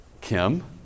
Kim